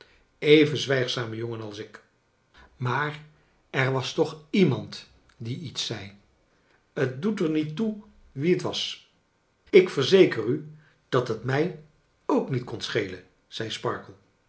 even zwijgzame jongen als ik maar er was toch iemand die iets zei t doet er niet toe wie het was ik verzeker u dat het mij ook niet kon schelen zei